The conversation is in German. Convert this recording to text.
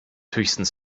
höchstens